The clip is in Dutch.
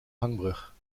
hangbrug